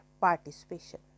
participation